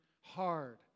hard